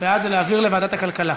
בעד זה להעביר לוועדת הכלכלה,